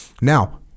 Now